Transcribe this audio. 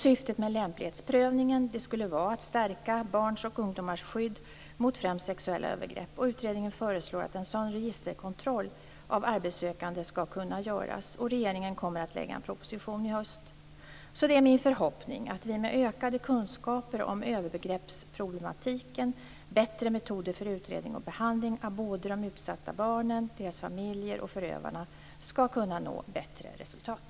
Syftet med lämplighetsprövningen skulle vara att stärka barns och ungdomars skydd mot främst sexuella övergrepp. Utredningen föreslår att en sådan registerkontroll av arbetssökande skall kunna göras. Regeringen kommer att lägga en proposition i höst. Det är min förhoppning att vi med ökade kunskaper om övergreppsproblematiken och bättre metoder för utredning och behandling av både de utsatta barnen, deras familjer och förövarna skall kunna nå bättre resultat.